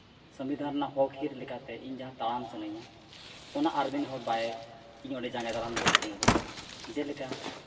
ᱥᱚᱝᱵᱤᱫᱷᱟᱱ ᱨᱮᱱᱟᱜ ᱦᱚᱠᱦᱤᱛ ᱞᱮᱠᱟᱛᱮ ᱤᱧ ᱡᱟᱦᱟᱸ ᱛᱟᱲᱟᱢ ᱥᱟᱱᱟᱹᱧᱟ ᱚᱱᱟ ᱟᱨ ᱢᱤᱫ ᱦᱚᱲ ᱵᱟᱭ ᱤᱧ ᱚᱸᱰᱮ ᱡᱟᱸᱜᱮ ᱫᱟᱨᱟᱢ ᱞᱮᱠᱟᱭ ᱛᱤᱸᱜᱩ ᱜᱚᱫᱚᱜᱼᱟ ᱡᱮᱞᱮᱠᱟ